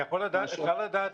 אפשר לדעת,